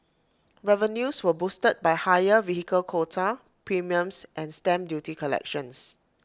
revenues were boosted by higher vehicle quota premiums and stamp duty collections